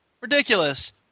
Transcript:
Ridiculous